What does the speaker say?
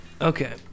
Okay